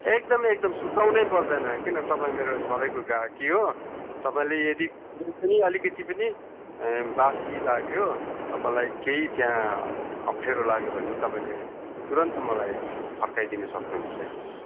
एकदमै एकदमै सुर्ताउनै पर्दैन किन तपाईँ मेरो सधैँको गाहकी हो तपाईँले यदि कुनै पनि अलिकति पनि बासी लाग्यो तपाईँलाई केही त्यहाँ अप्ठ्यारो लाग्यो भने तपाईँले तुरुन्त मलाई फर्काइदिनु सक्नुहुन्छ